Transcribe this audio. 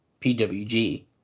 PWG